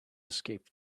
escape